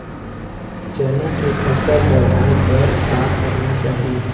चना के फसल बढ़ाय बर का करना चाही?